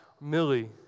Millie